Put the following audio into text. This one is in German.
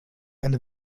eine